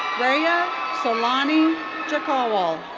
rhea saloni jakhwal.